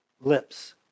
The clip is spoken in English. lips